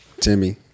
Timmy